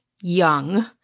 young